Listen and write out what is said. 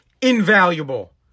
invaluable